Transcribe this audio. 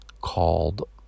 called